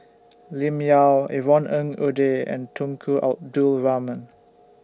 Lim Yau Yvonne Ng Uhde and Tunku Abdul Rahman